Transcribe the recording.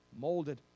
molded